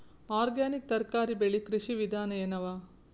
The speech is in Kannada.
ಆರ್ಗ್ಯಾನಿಕ್ ತರಕಾರಿ ಬೆಳಿ ಕೃಷಿ ವಿಧಾನ ಎನವ?